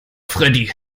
freddy